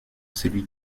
celui